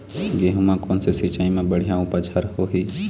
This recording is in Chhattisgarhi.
गेहूं म कोन से सिचाई म बड़िया उपज हर होही?